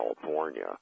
California